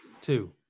two